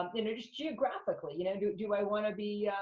um you know, just geographically. you know, do do i wanna be,